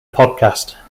podcast